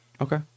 okay